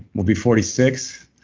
we'll be forty six.